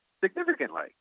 significantly